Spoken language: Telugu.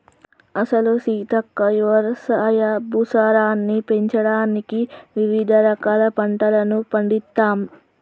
అసలు సీతక్క యవసాయ భూసారాన్ని పెంచడానికి వివిధ రకాల పంటలను పండిత్తమ్